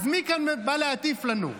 אז מי כאן בא להטיף לנו?